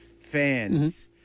fans